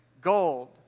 gold